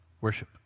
worship